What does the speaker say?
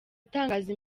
itangaza